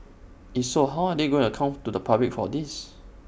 if so how they are going to account to the public for this